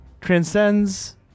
Transcends